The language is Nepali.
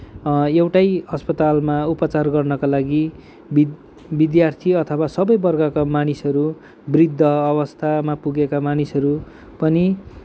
एउटै अस्पतालमा उपचार गर्नाका लागि विद्यार्थी अथवा सबै वर्गका मानिसहरू वृद्ध अवस्थामा पुगेका मानिसहरू पनि